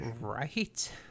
right